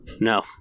No